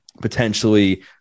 potentially